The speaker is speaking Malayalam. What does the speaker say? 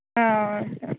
ആ ഓക്കെ